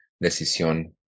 decisión